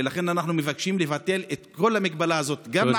ולכן אנחנו מבקשים לבטל את כל המגבלה הזאת, תודה.